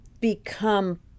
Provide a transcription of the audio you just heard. become